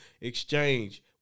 exchange